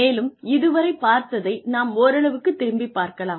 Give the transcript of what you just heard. மேலும் இதுவரை பார்த்ததை நாம் ஓரளவுக்குத் திரும்பிப் பார்க்கலாம்